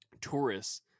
tourists